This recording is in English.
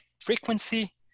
frequency